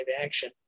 action